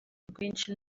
rwinshi